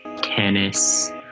tennis